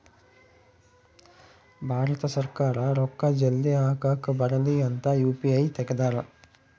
ಭಾರತ ಸರ್ಕಾರ ರೂಕ್ಕ ಜಲ್ದೀ ಹಾಕಕ್ ಬರಲಿ ಅಂತ ಯು.ಪಿ.ಐ ತೆಗ್ದಾರ